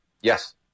Yes